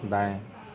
दाएँ